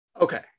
Okay